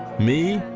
me,